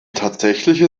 tatsächliche